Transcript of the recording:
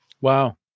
wow